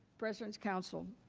presidents counsel.